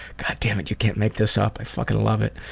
god dammit, you can't make this up, i fucking love it!